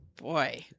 Boy